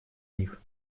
них